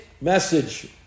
message